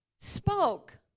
spoke